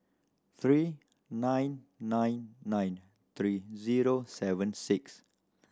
three nine nine nine three zero seven six